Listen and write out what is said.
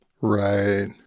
right